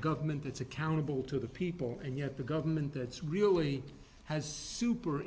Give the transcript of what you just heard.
government that's accountable to the people and yet the government that's really has super